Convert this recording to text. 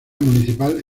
municipal